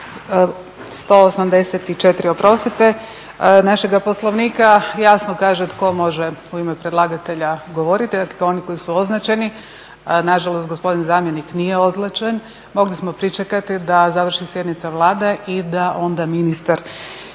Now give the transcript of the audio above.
184. oprostite našega Poslovnika jasno kaže tko može u ime predlagatelja govoriti. Dakle, oni koji su označeni. Na žalost gospodin zamjenik nije označen. Mogli smo pričekati da završi sjednica Vlade i da onda ministar